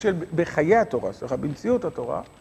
של בחיי התורה, סליחה, במציאות התורה.